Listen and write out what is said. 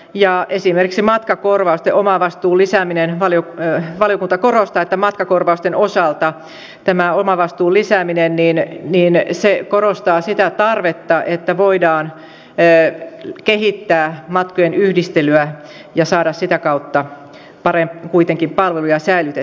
ja esimerkiksi matkakorvausten omavastuu lisääminen baliuk valiokunta korostaa että matkakorvausten osalta tämä omavastuun lisääminen korostaa sitä tarvetta että voidaan kehittää matkojen yhdistelyä ja saada sitä kautta kuitenkin palveluja säilytettyä